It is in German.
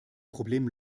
problem